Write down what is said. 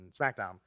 SmackDown